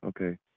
okay